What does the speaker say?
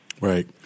Right